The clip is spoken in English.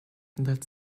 that